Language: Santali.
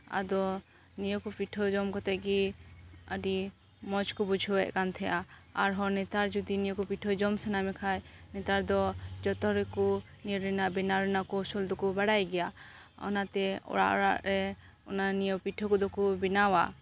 ᱟᱫᱚ ᱱᱤᱭᱟᱹᱠᱚ ᱯᱤᱴᱷᱟᱹ ᱡᱚᱢ ᱠᱟᱛᱮᱫ ᱜᱮ ᱟᱹᱰᱤ ᱢᱚᱸᱡᱽ ᱠᱚ ᱵᱩᱡᱷᱟᱹᱣ ᱮᱫ ᱠᱟᱱ ᱛᱟᱦᱮᱸᱫᱼᱟ ᱟᱨᱦᱚᱸ ᱱᱮᱛᱟᱨ ᱡᱩᱫᱤ ᱱᱤᱭᱟᱹᱠᱚ ᱯᱤᱴᱷᱟᱹ ᱡᱚᱢ ᱥᱟᱱᱟᱢᱮᱠᱷᱟᱱ ᱱᱮᱛᱟᱨ ᱫᱚ ᱡᱚᱛᱚᱦᱚᱲ ᱜᱮᱠᱚ ᱱᱤᱭᱟᱹ ᱨᱮᱭᱟᱜ ᱵᱮᱱᱟᱣ ᱨᱮᱭᱟᱜ ᱠᱚᱣᱥᱳᱞ ᱫᱚᱠᱚ ᱵᱟᱲᱟᱭ ᱜᱮᱭᱟ ᱚᱱᱟᱛᱮ ᱚᱲᱟᱜ ᱚᱲᱟᱜ ᱨᱮ ᱚᱱᱟ ᱱᱤᱭᱟᱹ ᱯᱤᱴᱷᱟᱹ ᱠᱚᱫᱚ ᱠᱚ ᱵᱮᱱᱟᱣᱼᱟ